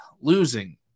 losing